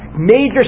Major